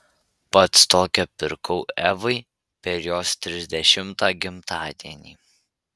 pats tokią pirkau evai per jos trisdešimtą gimtadienį